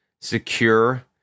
secure